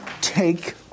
take